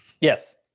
Yes